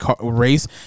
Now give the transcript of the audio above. race